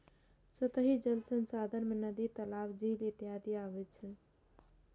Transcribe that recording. सतही जल संसाधन मे नदी, तालाब, झील इत्यादि अबै छै